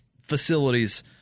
facilities